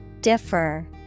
Differ